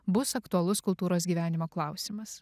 bus aktualus kultūros gyvenimo klausimas